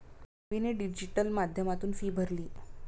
रवीने डिजिटल माध्यमातून फी भरली